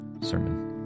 sermon